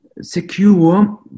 secure